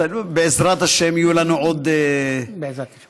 בעזרת השם יהיו לנו עוד, בעזרת השם.